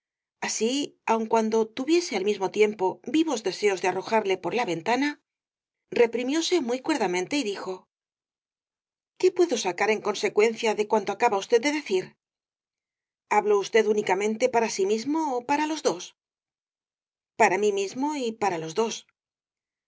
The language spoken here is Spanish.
así aun cuando tuviese al mismo tiempo vivos deseos de arrojarle por la ventana reprimióse muy cuerdamente y dijo rosalía de castro qué puedo sacar en consecuencia de cuanto acaba usted de decir habló usted únicamente para sí mismo ó para los dos para mí mismo y para los dos